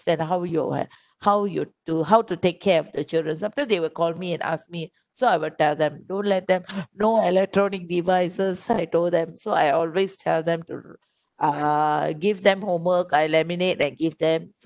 then how you what how you to how to take care of the children sometimes they will call me and ask me so I will tell them don't let them know electronic devices I told them so I always tell them to uh give them homework I laminate and give them